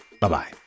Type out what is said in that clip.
Bye-bye